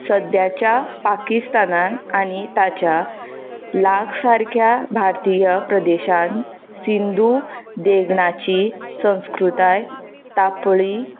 सद्याच्या पाकिस्तानांत आनी ताच्या लागसारक्या भारतीय प्रदेशांत सिंधू देगणाची संस्कृताय तापळी